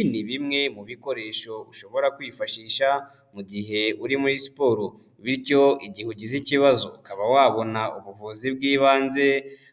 Ibi ni bimwe mu bikoresho ushobora kwifashisha mu gihe uri muri siporo, bityo igihe ugize ikibazo ukaba wabona ubuvuzi bw'ibanze